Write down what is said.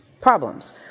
problems